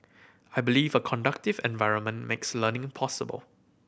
I believe a conducive environment makes learning possible